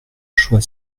choix